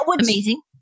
amazing